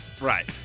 Right